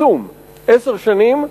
עשר שנים,